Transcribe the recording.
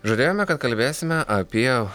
žadėjome kad kalbėsime apie